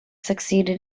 succeeded